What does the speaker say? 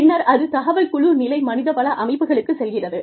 பின்னர் அது தகவல் குழு நிலை மனிதவள அமைப்புகளுக்குச் செல்கிறது